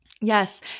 Yes